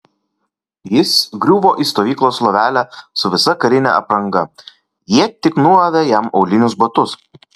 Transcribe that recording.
jis griuvo į stovyklos lovelę su visa karine apranga jie tik nuavė jam aulinius batus